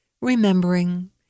remembering